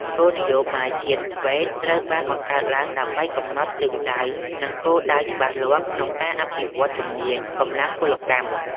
គោលនយោបាយជាតិ ធ្វេត TVET ត្រូវបានបង្កើតឡើងដើម្បីកំណត់ទិសដៅ និងគោលដៅច្បាស់លាស់ក្នុងការអភិវឌ្ឍជំនាញកម្លាំងពលកម្ម។